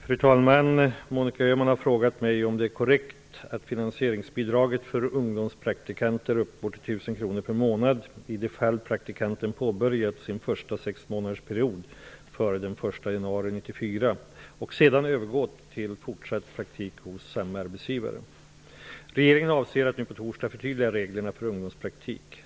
Fru talman! Monica Öhman har frågat mig om det är korrekt att finansieringsbidraget för ungdomspraktikanter uppgår till 1 000 kronor per månad i de fall praktikanten påbörjat sin första sexmånadersperiod före den 1 januari 1994 och sedan övergår till en fortsatt praktik hos samme arbetsgivare. Regeringen avser att nu på torsdag förtydliga reglerna för ungdomspraktik.